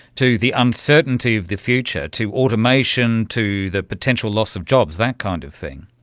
to the uncertainty of the future, to automation, to the potential loss of jobs, that kind of thing.